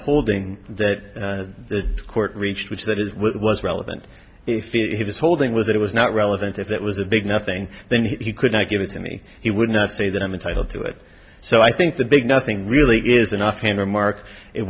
holding that the court reached which that is less relevant if he was holding was it was not relevant if that was a big nothing then he could not give it to me he would not say that i'm entitled to it so i think the big nothing really is an offhand remark it